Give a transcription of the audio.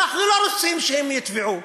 אנחנו לא רוצים שהם יטבעו.